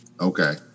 Okay